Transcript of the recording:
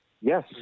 Yes